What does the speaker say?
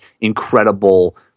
incredible